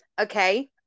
Okay